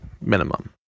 minimum